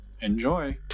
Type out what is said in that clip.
Enjoy